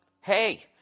Hey